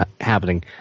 happening